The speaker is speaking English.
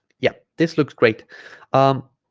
yeah this looks great um